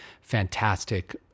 fantastic